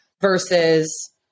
versus